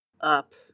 up